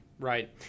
Right